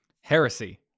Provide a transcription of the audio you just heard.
Heresy